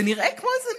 זה נראה כמו איזו